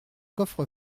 coffre